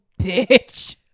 bitch